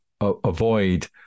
avoid